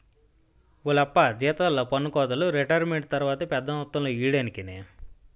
ఓలప్పా జీతాల్లో పన్నుకోతలు రిటైరుమెంటు తర్వాత పెద్ద మొత్తంలో ఇయ్యడానికేనే